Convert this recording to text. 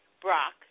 Brock